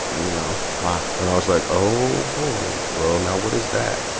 you know. wow and i was like, oh, boy. well, now what is that?